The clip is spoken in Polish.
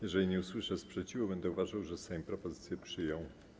Jeżeli nie usłyszę sprzeciwu, będę uważał, że Sejm propozycję przyjął.